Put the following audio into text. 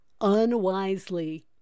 unwisely